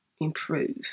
improve